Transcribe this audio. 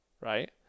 right